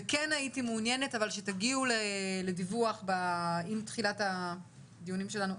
אבל כן הייתי מעוניינת שתגיעו לדיווח עם תחילת הדיונים שלנו,